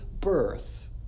birth